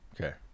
okay